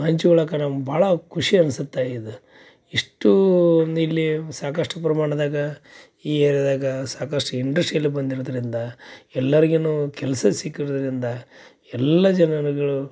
ಹಂಚ್ಕೊಳ್ಳಕ್ಕೆ ನಮ್ಗೆ ಭಾಳ ಖುಷಿ ಅನ್ಸುತ್ತೆ ಇದು ಇಷ್ಟು ಒಂದು ಇಲ್ಲಿ ಸಾಕಷ್ಟು ಪ್ರಮಾಣದಾಗ ಈ ಏರ್ಯದಾಗ ಸಾಕಷ್ಟು ಇಂಡಷ್ಟ್ರಿಯಲ್ಲು ಬಂದಿರೋದರಿಂದ ಎಲ್ಲರಿಗೂನು ಕೆಲಸ ಸಿಕ್ಕಿರೋದರಿಂದ ಎಲ್ಲ ಜನರುಗಳು